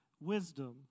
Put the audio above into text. wisdom